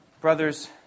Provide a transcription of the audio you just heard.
Brothers